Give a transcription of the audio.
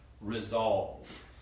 Resolve